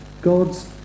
God's